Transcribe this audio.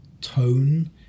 tone